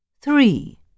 Three